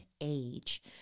age